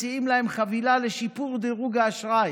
מציעים להם חבילה לשיפור דירוג האשראי,